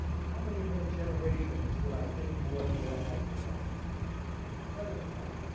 how many more generations did i think moore's law had to run president of china.